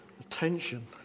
Attention